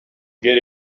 get